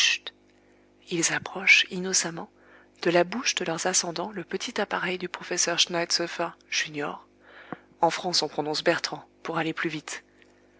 ils approchent innocemment de la bouche de leurs ascendants le petit appareil du professeur schneitzoëffer junior en france on prononce bertrand pour aller plus vite